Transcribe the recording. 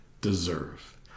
deserve